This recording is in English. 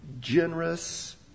generous